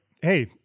hey